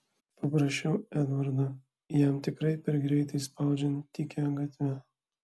paprašiau edvardo jam tikrai per greitai spaudžiant tykia gatve